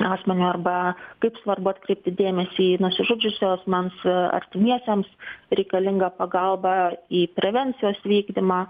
asmeniui arba kaip svarbu atkreipti dėmesį į nusižudžiusio asmens artimiesiems reikalinga pagalba į prevencijos vykdymą